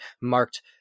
marked